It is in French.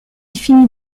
finit